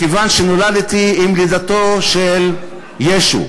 מכיוון שנולדתי עם לידתו של ישו.